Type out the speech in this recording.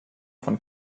von